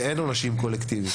שאין עונשים קולקטיביים,